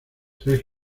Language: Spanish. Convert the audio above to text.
tres